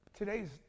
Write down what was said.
Today's